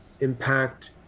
impact